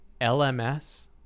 LMS